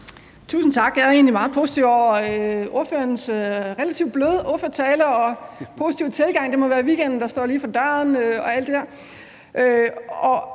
Tusind tak. Jeg er egentlig meget positiv over ordførerens relativt bløde ordførertale og positive tilgang; det må være weekenden, der står lige for døren, og alt det der.